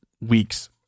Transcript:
weeks